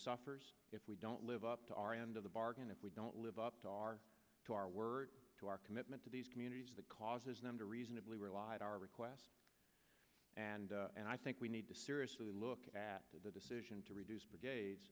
suffers if we don't live up to our end of the bargain if we don't live up to our to our word to our commitment to these communities that causes them to reasonably realize our requests and and i think we need to seriously look at the decision to reduce